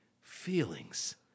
feelings